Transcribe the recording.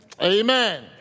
Amen